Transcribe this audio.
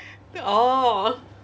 oh